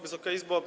Wysoka Izbo!